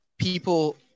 People